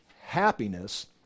happiness